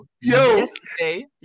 yesterday